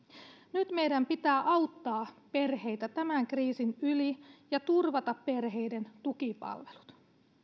nyt meidän pitää auttaa perheitä tämän kriisin yli ja turvata perheiden tukipalvelut